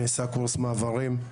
נעשה קורס מעברים,